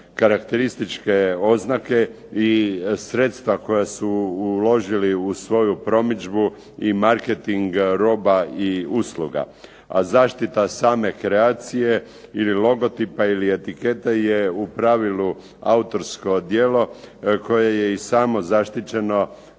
karakterističke oznake i sredstva koja su uložili u svoju promidžbu i marketing roba i usluga, a zaštita same kreacije ili logotipa ili etikete je u pravilu autorsko djelo koje je i samo zaštićeno